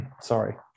Sorry